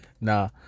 Nah